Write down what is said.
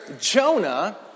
Jonah